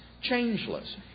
changeless